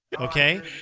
Okay